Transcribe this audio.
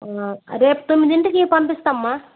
రేపు తొమ్మిదింటికి పంపిస్తామమ్మ